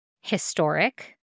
historic